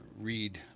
read